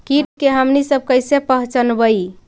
किट के हमनी सब कईसे पहचनबई?